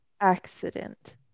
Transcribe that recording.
accident